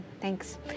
Thanks